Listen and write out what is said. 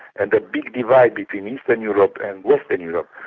and a big divide between eastern europe and western europe.